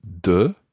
de